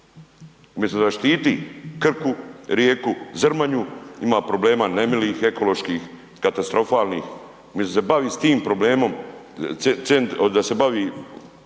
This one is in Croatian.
Umjesto da štiti Krku rijeku, Zrmanju, ima problema nemilih ekoloških, katastrofalnih, umjesto da se bavi s tim problemom, da se baci